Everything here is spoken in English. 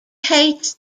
hates